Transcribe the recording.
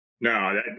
No